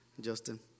Justin